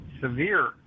severe